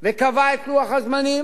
וקבע את לוח הזמנים,